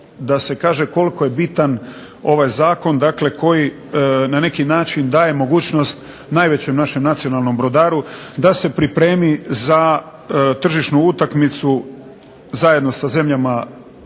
da se kaže koliko je bitan ovaj zakon, dakle koji na neki način daje mogućnost najvećem našem nacionalnom brodaru da se pripremi za tržišnu utakmicu zajedno sa zemljama